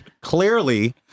clearly